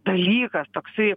dalykas toksai